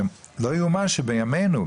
שלא יאומן שבימינו,